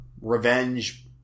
Revenge